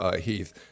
Heath